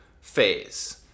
phase